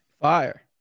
Fire